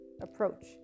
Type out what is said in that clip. approach